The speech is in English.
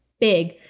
big